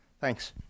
Thanks